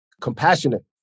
compassionate